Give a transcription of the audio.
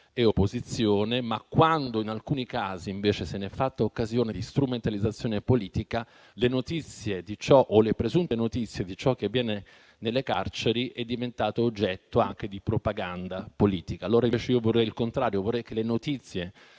dell'opposizione. Ma quando, in alcuni casi, se n'è fatta occasione di strumentalizzazione politica, le notizie di ciò o le presunte notizie di ciò che avviene nelle carceri sono diventate oggetto anche di propaganda politica. Invece, io vorrei il contrario. Vorrei che le notizie